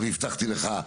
הבטחתי לך,